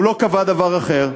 הוא לא קבע דבר אחר.